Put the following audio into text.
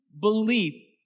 belief